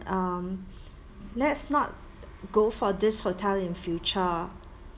um let's not go for this hotel in future